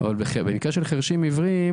במקרה של חירשים עיוורים